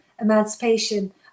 emancipation